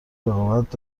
رقابت